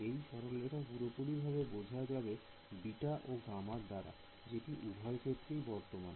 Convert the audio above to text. এই সরলরেখা পুরোপুরি ভাবে বোঝা যাবে β ও γ দাঁড়া যেটি উভয় ক্ষেত্রেই বর্তমান